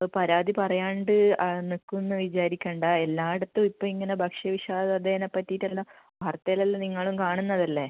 എപ്പോഴും പരാതി പറയാണ്ട് നിൽക്കും എന്ന് വിചാരിക്കേണ്ട എല്ലായിടത്തും ഇപ്പം ഇങ്ങനെ ഭക്ഷ്യ വിഷബാധേനെ പറ്റിയിട്ട് എല്ലാം വാർത്തയിലെല്ലാം നിങ്ങളും കാണുന്നതല്ലെ